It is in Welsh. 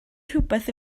rhywbeth